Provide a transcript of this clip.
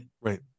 Right